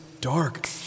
dark